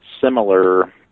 similar